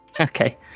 Okay